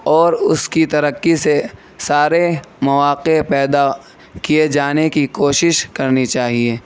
اور اُس کی ترقی سے سارے مواقع پیدا کیے جانے کی کوشش کرنی چاہیے